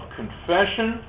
confession